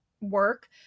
work